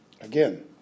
Again